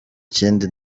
kindi